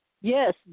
yes